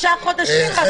אז